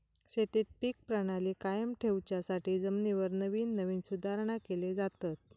शेतीत पीक प्रणाली कायम ठेवच्यासाठी जमिनीवर नवीन नवीन सुधारणा केले जातत